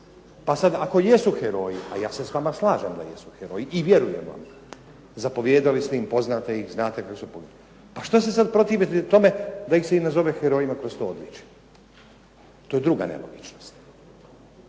Pa sad ako jesu heroji, pa ja se s vama slažem da jesu heroji i vjerujem vam, zapovijedali ste im, poznate ih, znate kako su poginuli. Pa što se sad protivite i tome da ih se nazove herojima kroz to odličje? To je druga nelogičnost.